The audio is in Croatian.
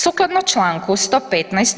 Sukladno članku 115.